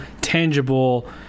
tangible